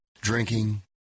Drinking